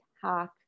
talk